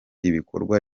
ibikorwa